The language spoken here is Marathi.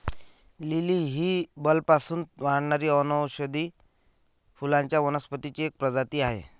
लिली ही बल्बपासून वाढणारी वनौषधी फुलांच्या वनस्पतींची एक प्रजाती आहे